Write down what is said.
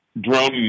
drone